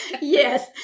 Yes